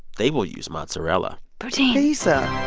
they will use mozzarella. poutine pizza.